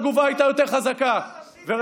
התגובה הייתה יותר חזקה ורצינית.